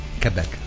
Quebec